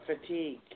fatigue